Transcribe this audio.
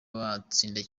batsinze